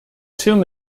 tomb